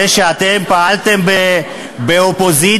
זה שאתם פעלתם באופוזיציה,